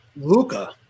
Luca